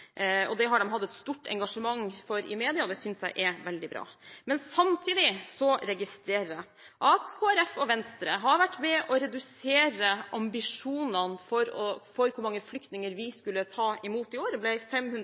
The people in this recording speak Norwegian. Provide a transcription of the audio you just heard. Det har de hatt et stort engasjement for i media. Det synes jeg er veldig bra. Samtidig registrerer jeg at Kristelig Folkeparti og Venstre har vært med på å redusere ambisjonene for hvor mange flyktninger vi skulle ta imot i år. Det ble 500